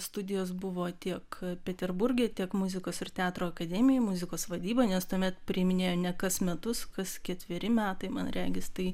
studijos buvo tiek peterburge tiek muzikos ir teatro akademijoj muzikos vadyba nes tuomet priiminėjo ne kas metus kas ketveri metai man regis tai